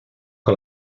que